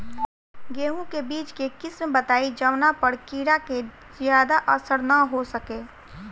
गेहूं के बीज के किस्म बताई जवना पर कीड़ा के ज्यादा असर न हो सके?